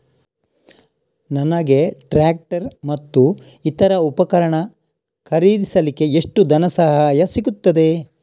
ನನಗೆ ಟ್ರ್ಯಾಕ್ಟರ್ ಮತ್ತು ಇತರ ಉಪಕರಣ ಖರೀದಿಸಲಿಕ್ಕೆ ಎಷ್ಟು ಧನಸಹಾಯ ಸಿಗುತ್ತದೆ?